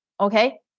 Okay